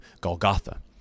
Golgotha